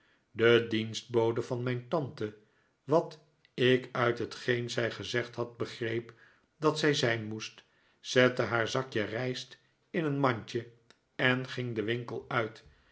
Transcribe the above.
de dienstbode van mijn tante wat ik uit hetgeen zij gezegd had begreep dat zij zijn moest zette haar zakje rijst in een mandje en ging den winkel uit